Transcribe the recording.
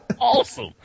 Awesome